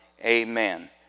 Amen